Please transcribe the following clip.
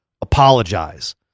apologize